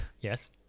Yes